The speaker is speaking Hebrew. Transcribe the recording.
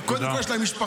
תודה רבה.